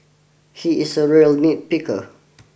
he is a real nitpicker